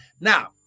Now